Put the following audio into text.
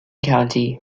county